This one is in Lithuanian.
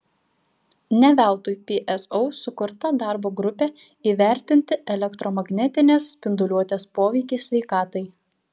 ne veltui pso sukurta darbo grupė įvertinti elektromagnetinės spinduliuotės poveikį sveikatai